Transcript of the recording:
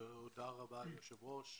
תודה רבה ליושב ראש.